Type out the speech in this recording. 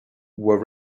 were